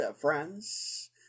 friends